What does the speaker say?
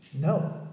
No